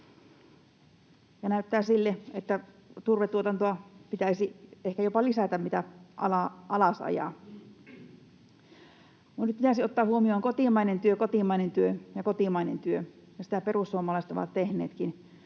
näyttää sille, että turvetuotantoa pitäisi ehkä jopa lisätä, mitä alasajaa. Nyt pitäisi ottaa huomioon kotimainen työ, kotimainen työ ja kotimainen työ, ja sitä perussuomalaiset ovat tehneetkin.